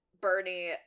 Bernie